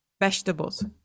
vegetables